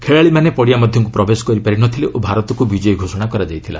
ଖେଳାଳିମାନେ ପଡ଼ିଆ ମଧ୍ୟକୁ ପ୍ରବେଶ କରିପାରି ନଥିଲେ ଓ ଭାରତକୁ ବିଜୟୀ ଘୋଷଣା କରାଯାଇଥିଲା